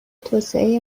توسعه